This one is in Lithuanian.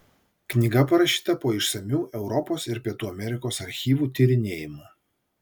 knyga parašyta po išsamių europos ir pietų amerikos archyvų tyrinėjimų